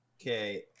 Okay